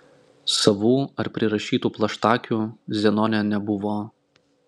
savų ar prirašytų plaštakių zenone nebuvo